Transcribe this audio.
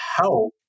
help